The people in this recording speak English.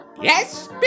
Yes